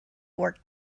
work